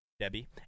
Debbie